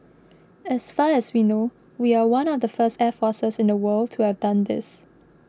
as far as we know we are one of the first air forces in the world to have done this